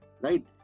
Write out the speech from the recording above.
right